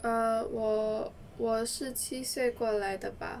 err 我我十七岁过来的 bah